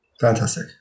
Fantastic